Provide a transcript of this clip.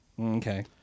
Okay